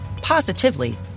positively